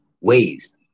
waves